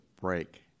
break